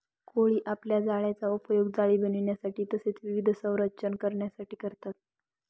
कोळी आपल्या जाळ्याचा उपयोग जाळी बनविण्यासाठी तसेच विविध संरचना बनविण्यासाठी करतात